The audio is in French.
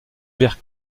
vert